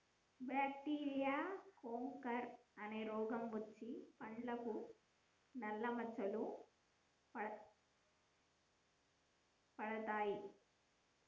bacteria canker అనే రోగం వచ్చి పండ్లకు నల్ల మచ్చలు పడతాయి